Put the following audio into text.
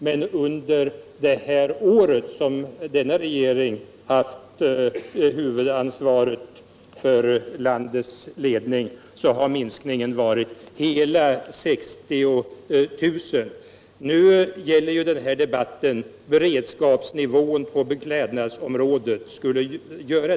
Men under det år som denna regering har haft huvudansvaret för landets ledning har minskningen varit hela 60 000 arbetstillfällen. Denna debatt skulle egentligen gälla beredskapsnivån på beklädnadsområdet.